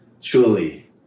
truly